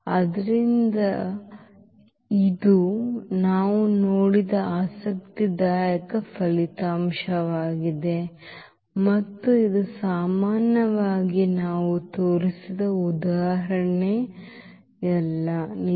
ಆದ್ದರಿಂದ ಇದು ನಾವು ನೋಡಿದ ಆಸಕ್ತಿದಾಯಕ ಫಲಿತಾಂಶವಾಗಿದೆ ಮತ್ತು ಇದು ಸಾಮಾನ್ಯವಾಗಿ ನಾವು ತೋರಿಸಿದ ಉದಾಹರಣೆಯಲ್ಲ ನಿಜ